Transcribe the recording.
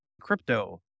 crypto